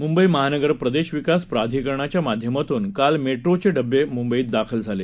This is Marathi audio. मुंबई महानगर प्रदेश विकास प्राधिकरणाच्या माध्यमातून काल मेट्रोचे डबे मुंबईत दाखल झाले